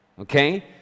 okay